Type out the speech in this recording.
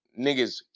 niggas